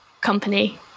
company